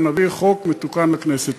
ונביא חוק מתוקן לכנסת.